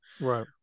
Right